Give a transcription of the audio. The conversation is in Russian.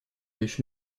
ещё